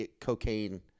cocaine